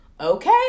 okay